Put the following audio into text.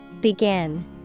Begin